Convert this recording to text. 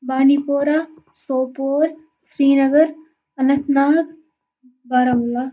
بانڈی پورہ سوپور سرینَگر اَنَنت ناگ بارہمولہ